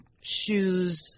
shoes